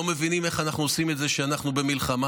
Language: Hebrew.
לא מבינים איך אנחנו עושים את זה כשאנחנו במלחמה.